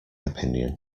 opinion